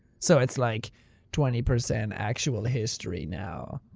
so it's like twenty percent actual history now.